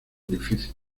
difícil